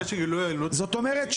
זאת אומרת,